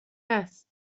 است